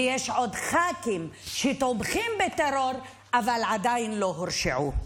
ויש עוד ח"כים שתומכים בטרור אבל עדיין לא הורשעו.